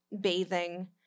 bathing